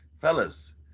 fellas